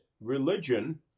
religion